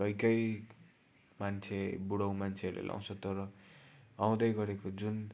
कोही कोही मान्छे बुढो मान्छेहरूले लाउँछ तर आउँदै गरेको जुन